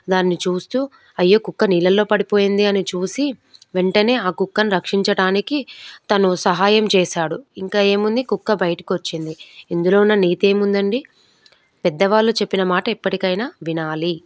దాన్ని చూస్తూ అయ్యో కుక్క నీళ్ళలో పడిపోయిందే అని చూసి వెంటనే ఆ కుక్కని రక్షించటానికి తను సహాయం చేసాడు ఇంకా ఏమి ఉంది కుక్క బయటికి వచ్చింది ఇందులో ఉన్న నీతి ఏమి ఉంది అండి పెద్దవాళ్ళు చెప్పిన మాటలు ఎప్పటికైనా వినాలి